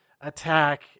attack